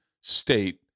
state